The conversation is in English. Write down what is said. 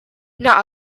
not